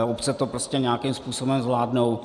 Obce to prostě nějakým způsobem zvládnou.